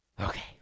Okay